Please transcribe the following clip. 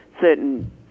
certain